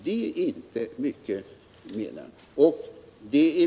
Det är det inte mycket mening med.